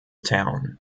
town